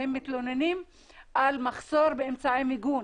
והם מתלוננים על מחסור באמצעי מיגון,